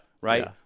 Right